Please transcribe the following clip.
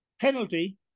penalty